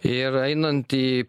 ir einant į